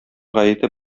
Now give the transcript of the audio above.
гаете